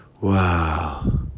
Wow